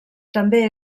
també